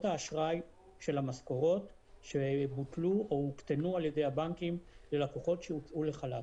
האשראי של המשכורות שבוטלו או הוקטנו על ידי הבנקים ללקוחות שהוצאו לחל"ת,